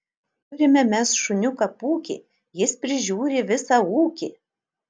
turime mes šuniuką pūkį jis prižiūri visą ūkį